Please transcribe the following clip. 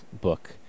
book